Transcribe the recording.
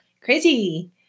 crazy